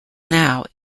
now